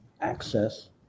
access